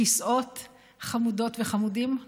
כיסאות חמודות וחמודים,